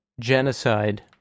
genocide